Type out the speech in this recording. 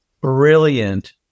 brilliant